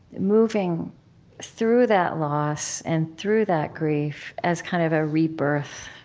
moving through that loss and through that grief as kind of a rebirth.